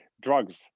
drugs